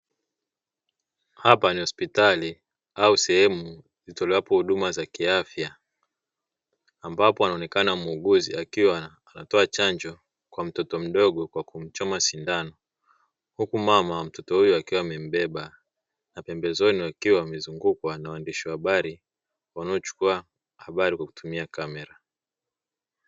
Hapa ni hospitali au sehemu zitolewapo huduma za kiafya. Ambapo anaonekana muuguzi akiwa anatoa chanjo kwa mtoto mdogo kwa kumchoma sindano, huku mama wa mtoto huyo akiwa amembeba na pembezoni wakiwa wamezungukwa na waandishi wa habari, wanaochukua habari kwa kutumia kamera.